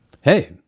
Hey